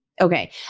Okay